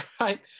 right